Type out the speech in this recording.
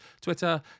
twitter